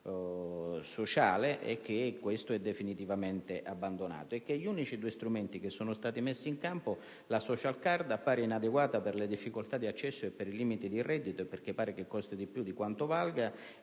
sociale e che questo è stato definitivamente abbandonato, e che, degli unici due strumenti messi in campo, la *social card* appare inadeguata per le difficoltà di accesso e per i limiti di reddito (pare costi di più di quanto valga)